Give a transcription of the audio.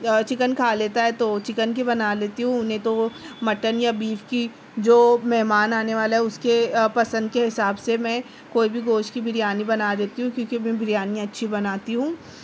chicken کھا لیتا ہے تو چکن کی بنا لیتی ہوں اُنہیں تو مٹن یا بیف کی جو مہمان آنے والا ہو اُس کے پسند کے حساب سے میں کوئی بھی گوشت کی بریانی بنا لیتی ہوں کیوں کہ میں بریانی اچھی بناتی ہوں